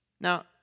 Now